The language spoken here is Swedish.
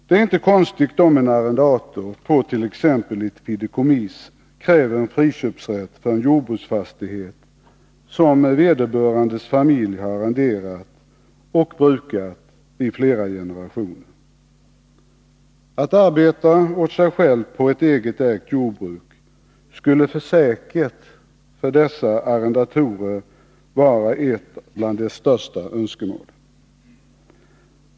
Det är inte konstigt om en arrendator, på t.ex. ett fideikommiss, kräver en friköpsrätt för en jordbruksfastighet som vederbörandes familj har arrenderat och brukat i flera generationer. Att arbeta åt sig själv på ett eget ägt jordbruk skulle säkert för dessa arrendatorer vara ett av deras största önskemål.